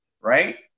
right